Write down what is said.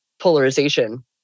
polarization